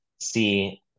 see